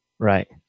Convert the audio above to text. Right